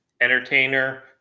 entertainer